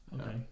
Okay